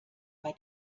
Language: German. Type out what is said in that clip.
bei